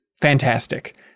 fantastic